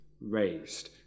raised